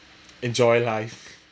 enjoy life